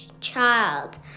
child